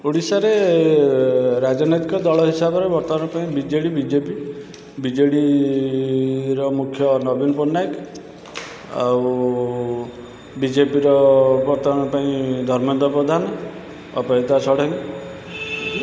ଓଡି଼ଶାରେ ରାଜନୈତିକ ଦଳ ହିସାବରେ ବର୍ତ୍ତମାନ ପାଇଁ ବିଜେଡ଼ି ବିଜେପି ବିଜେଡ଼ିର ମୁଖ୍ୟ ନବୀନ ପଟନାୟକ ଆଉ ବିଜେପିର ବର୍ତ୍ତମାନ ପାଇଁ ଧର୍ମେନ୍ଦ୍ର ପ୍ରଧାନ ଅପରାଜିତା ଷଡ଼ଙ୍ଗୀ